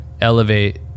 elevate